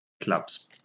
Clubs